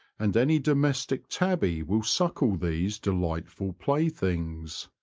and any domestic tabby will suckle these delightful playthings.